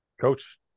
Coach